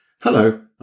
Hello